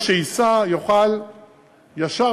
מי שייסע יוכל ישר,